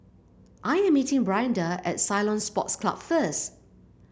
I am meeting Brianda at Ceylon Sports Club first